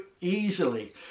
easily